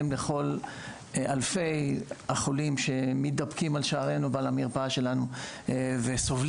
לכל אלפי החולים שמתאבקים על שערנו ועל המרפאה שלנו וסובלים,